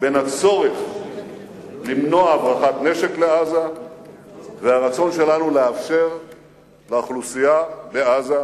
בין הצורך למנוע הברחת נשק לעזה והרצון שלנו לאפשר לאוכלוסייה בעזה